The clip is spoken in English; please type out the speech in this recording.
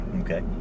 Okay